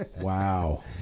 Wow